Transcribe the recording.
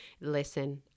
Listen